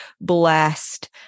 blessed